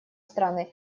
страны